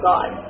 God